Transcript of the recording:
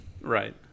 Right